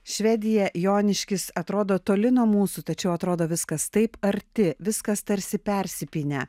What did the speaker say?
švedija joniškis atrodo toli nuo mūsų tačiau atrodo viskas taip arti viskas tarsi persipynę